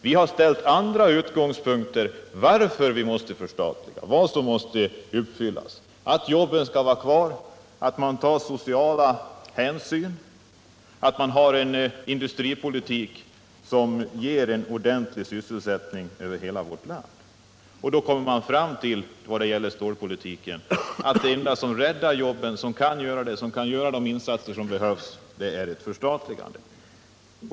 Vi har angivit skälen för ett förstatligande: jobben skall vara kvar, sociala hänsyn skall tas, det skall föras en industripolitik som ger ordentlig sysselsättning över hela vårt land. När det gäller stålindustrin kommer vi fram till att det enda som kan rädda jobben och möjliggöra de insatser som behövs är ett förstatligande.